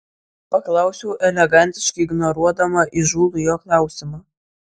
paklausiau elegantiškai ignoruodama įžūlų jo klausimą